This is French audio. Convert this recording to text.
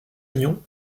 union